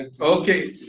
okay